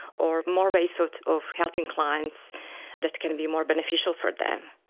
or more ways sort of helping clients that can be more beneficial for them.